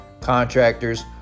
contractors